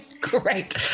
Great